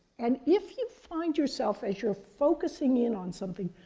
and if you find yourself, as you're focusing in on something,